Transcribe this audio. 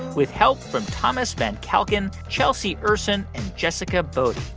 with help from thomas van kalken, chelsea ursin and jessica boddy.